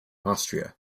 austria